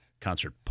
concert